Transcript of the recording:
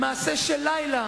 במעשה של לילה,